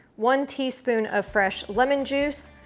one teaspoon of fresh lemon juice,